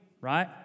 Right